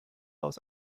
aus